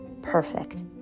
Perfect